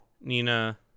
Nina